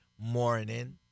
morning